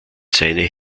seine